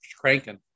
cranking